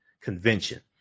Convention